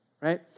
right